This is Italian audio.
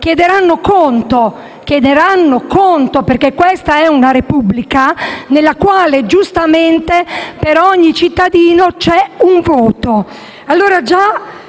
chiederanno conto. Infatti, questa è una Repubblica in cui - giustamente - per ogni cittadino c'è un voto.